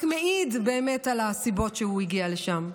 זה רק מעיד באמת על הסיבות שהוא הגיע לשם.